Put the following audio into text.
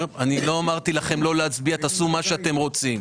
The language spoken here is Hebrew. אמרתי לכם איך להצביע, תעשו מה שאתם רוצים.